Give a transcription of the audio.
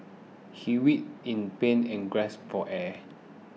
he writhed in pain and gasped for air